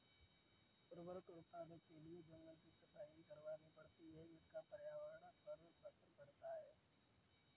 rubber उत्पादन के लिए जंगल की सफाई भी करवानी पड़ती है जिसका पर्यावरण पर असर पड़ता है